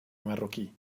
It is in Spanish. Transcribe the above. marroquí